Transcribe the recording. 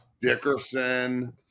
Dickerson